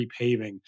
repaving